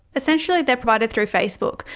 essentially they're provided through facebook,